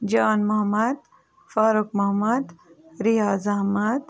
Jan Mohammad Farooq Mohammad Riyaz Ahmad